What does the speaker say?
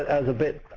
as a bit